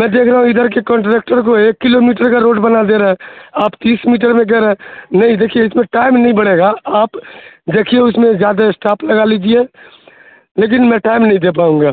میں دیکھ رہا ہوں ادھر کے کنٹریکٹر کو ایک کلو میٹر کا روڈ بنا دے رہا آپ تیس میٹر میں کہہ رہے ہیں نہیں دیکھیے اس میں ٹائم نہیں بڑے گا آپ دیکھیے اس میں زیادہ اسٹاپ لگا لیجیے لیکن میں ٹائم نہیں دے پاؤں گا